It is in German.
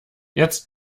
jetzt